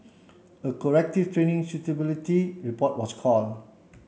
a corrective training suitability report was called